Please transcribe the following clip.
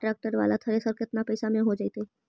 Tractor बाला thresher केतना पैसा में हो जैतै?